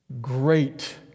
great